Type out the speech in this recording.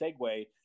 segue